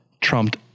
trumped